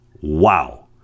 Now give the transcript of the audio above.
Wow